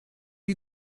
you